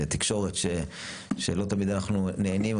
תקשורת שלא תמיד אנחנו נהנים,